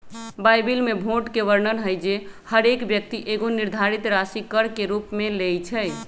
Bible में भोट के वर्णन हइ जे हरेक व्यक्ति एगो निर्धारित राशि कर के रूप में लेँइ छइ